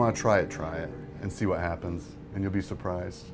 want to try try it and see what happens and you'll be surprised